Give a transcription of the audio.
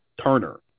turner